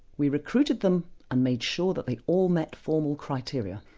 we recruited them and made sure that they all met formal criteria.